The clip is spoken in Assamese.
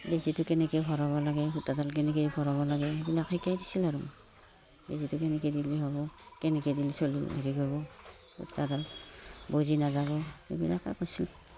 বেজীটো কেনেকৈ ভৰাব লাগে সূতাডাল কেনেকৈ ভৰাব লাগে সেইবিলাক শিকাই দিছিল আৰু বেজীটো কেনেকৈ দিলে হ'ব কেনেকৈ দিলে চলি হেৰি কৰিব সূতাডাল নাযাব সেইবিলাকে কৈছিল